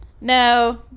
No